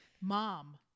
Mom